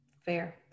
Fair